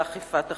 לאכיפת החוק,